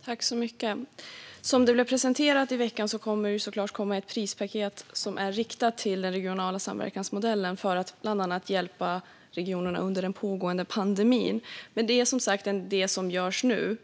Fru talman! Som presenterades i veckan kommer det ett krispaket som är riktat till den regionala samverkansmodellen för att bland annat hjälpa regionerna under den pågående pandemin. Detta görs som sagt nu.